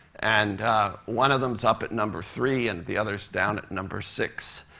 and one of them's up at number three, and the other is down at number six.